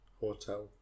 hotel